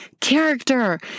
character